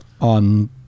on